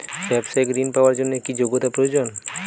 ব্যবসায়িক ঋণ পাওয়ার জন্যে কি যোগ্যতা প্রয়োজন?